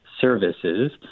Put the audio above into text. services